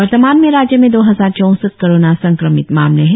वर्तमान में राज्य में दो हजार चौसठ कोरोना संक्रमित मामले है